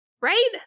Right